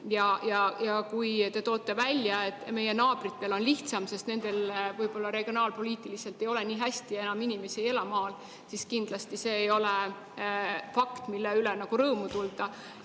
Ja kui te toote välja, et meie naabritel on lihtsam, sest nendel regionaalpoliitiliselt ei ole nii hästi, inimesed ei ela enam maal, siis kindlasti see ei ole fakt, mille üle rõõmu tunda.